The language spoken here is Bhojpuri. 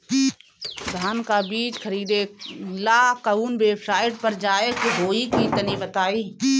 धान का बीज खरीदे ला काउन वेबसाइट पर जाए के होई तनि बताई?